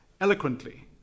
eloquently